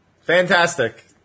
Fantastic